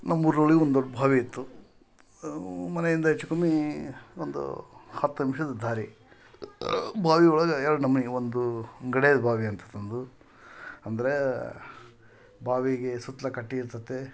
ನಮ್ಮ ಊರು ಒಳಿಗೆ ಒಂದು ದೊಡ್ಡ ಬಾವಿ ಇತ್ತು ಮನೆಯಿಂದ ಹೆಚ್ಚು ಕಮ್ಮಿ ಒಂದು ಹತ್ತು ನಿಮ್ಷದ ದಾರಿ ಬಾವಿ ಒಳಗೆ ಎರಡು ನಮೂನಿ ಒಂದು ಗಡೇದ ಬಾವಿ ಅಂತಂದು ಅಂದ್ರೆ ಬಾವಿಗೆ ಸುತ್ಲು ಕಟ್ಟೆ ಇರ್ತದೆ